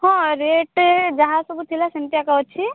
ହଁ ରେଟ୍ ଯାହା ସବୁ ଥିଲା ସେମିତି ଏକା ଅଛି